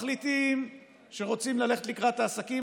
מחליטים שרוצים ללכת לקראת העסקים,